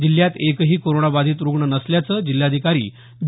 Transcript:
जिल्ह्यात एकही कोरोनाबाधित रुग्ण नसल्याचे जिल्हाधिकारी दि